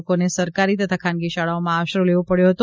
લોકોને સરકારી તથા ખાનગી શાળામાં આશરો લેવા પડ્યો હતો